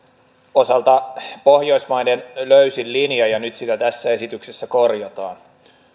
osalta pohjoismaiden löysin linja ja nyt sitä tässä esityksessä korjataan